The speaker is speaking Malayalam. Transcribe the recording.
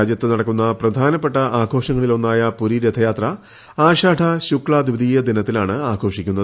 രാജ്യത്ത് നടക്കുന്ന പ്രധാനപ്പെട്ട ആഘോഷങ്ങളിൽ ഒന്നായ പുരി രഥയാത്ര ആഷാഢ ശുക്സ ദ്വിതീയ ദിനത്തിലാണ് ആഘോഷിക്കുന്നത്